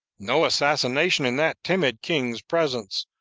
no assassination in that timid king's presence,